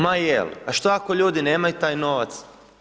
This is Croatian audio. Ma jel, a što ako ljudi nemaju taj novac?